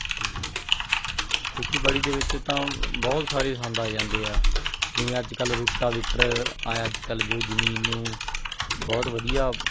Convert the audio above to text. ਅਤੇ ਖੇਤੀਬਾੜੀ ਦੇ ਵਿੱਚ ਤਾਂ ਬਹੁਤ ਸਾਰੇ ਸੰਦ ਆ ਜਾਂਦੇ ਆ ਜਿਵੇਂ ਅੱਜ ਕੱਲ੍ਹ ਰੂਟਾਵੀਟਰ ਆਇਆ ਅੱਜ ਕੱਲ੍ਹ ਜੋ ਜ਼ਮੀਨ ਨੂੰ ਬਹੁਤ ਵਧੀਆ